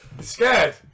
scared